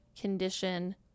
condition